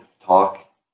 talk